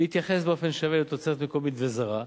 להתייחס באופן שווה לתוצרת מקומית וזרה,